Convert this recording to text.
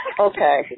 Okay